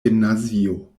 gimnazio